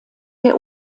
der